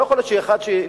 לא יכול להיות שאחד נכשל,